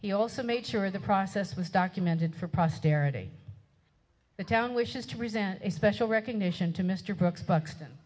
he also made sure the process was documented for posterity the town wishes to present a special recognition to mr brooks b